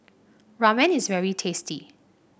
ramen is very tasty